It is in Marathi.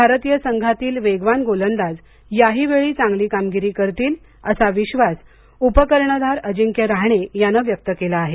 भारतीय संघातील वेगवान गोलंदाज याहीवेळी चांगली कामगिरी करतील असा विश्वास उपकर्णधार अजिंक्य राहणेन व्यक्त केला आहे